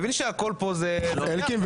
אלקין,